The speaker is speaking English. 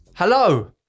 Hello